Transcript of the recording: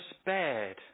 spared